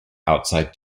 outside